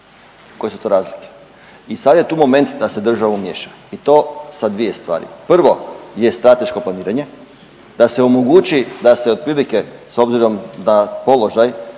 Koje su to razlike? I sad je tu moment da se država umiješa i to sa dvije stvari. Prvo je strateško planiranje, da se omogući da se otprilike s obzirom na položaj